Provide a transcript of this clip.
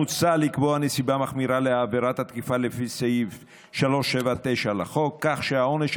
מוצע לקבוע נסיבה מחמירה לעבירת התקופה לפי סעיף 379 לחוק כך שהעונש על